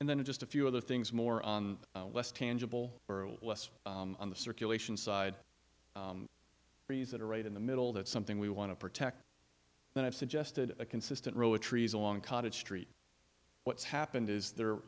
and then it just a few other things more on less tangible less on the circulation side trees that are right in the middle that's something we want to protect when i've suggested a consistent row of trees along cottage street what's happened is there